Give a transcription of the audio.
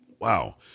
Wow